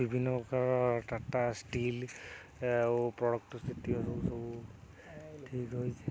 ବିଭିନ୍ନ ପ୍ରକାର ଟାଟା ଷ୍ଟିଲ୍ ଆଉ ପ୍ରଡ଼କ୍ଟ ସ୍ଥିତୀୟ ସବୁ ସବୁ ଠିକ୍ ରହିଛିି